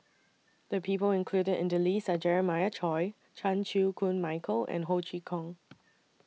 The People included in The list Are Jeremiah Choy Chan Chew Koon Michael and Ho Chee Kong